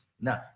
Now